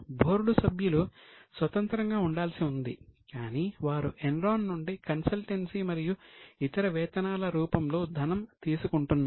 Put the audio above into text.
board సభ్యులు స్వతంత్రంగా ఉండాల్సి ఉంది కాని వారు ఎన్రాన్ నుండి కన్సల్టెన్సీ మరియు ఇతర వేతనాల రూపంలో ధనం తీసుకుంటున్నారు